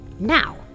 Now